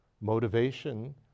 motivation